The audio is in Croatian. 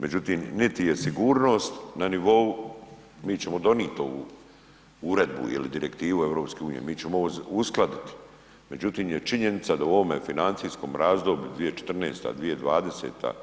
Međutim niti je sigurnost na nivou, mi ćemo donijet ovu uredbu ili direktivu EU, mi ćemo uskladiti, međutim je činjenica da u ovom financijskom razdoblju 2014.-2020.